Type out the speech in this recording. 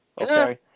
Okay